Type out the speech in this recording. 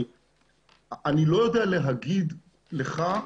אני לא יודע להגיד לך,